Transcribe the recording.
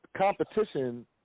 competition